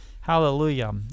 hallelujah